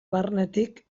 barnetik